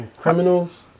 Criminals